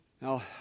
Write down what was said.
Now